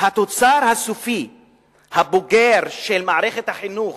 התוצר הסופי הבוגר של מערכת החינוך